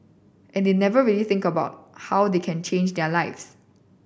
and they never really think about how they can change their lives